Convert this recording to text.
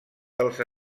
dels